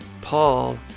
Paul